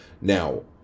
Now